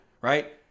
right